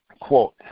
quote